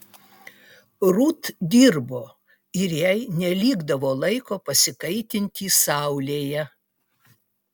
rut dirbo ir jai nelikdavo laiko pasikaitinti saulėje